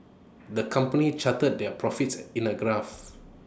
the company charted their profits in A graph